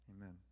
amen